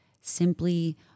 simply